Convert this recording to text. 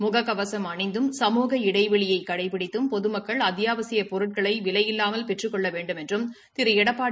முக கவசம் அணிந்தும் சமூக இடைவெளியை கடைபிடித்தும் பொதுமக்கள் அத்தியாவசியப் பொருட்களை விலையில்லாமல் பெற்றுக் கொள்ள வேண்டுமென்றும் திரு எடப்பாடி